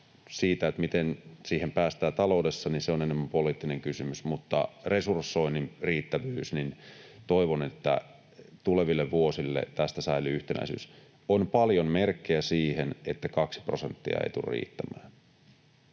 Se, miten siihen päästään taloudessa, on enemmän poliittinen kysymys. Mutta resursoinnin riittävyys: Toivon, että tuleville vuosille tästä säilyy yhtenäisyys. On paljon merkkejä siitä, että kaksi prosenttia ei tule riittämään.